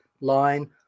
line